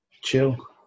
chill